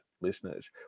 listeners